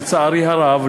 לצערי הרב,